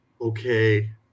Okay